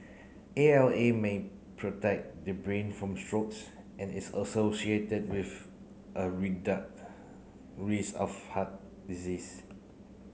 A L A may protect the brain from strokes and is associated with a risk of heart disease